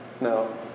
No